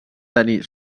tenir